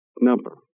number